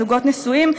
זוגות נשואים,